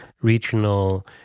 regional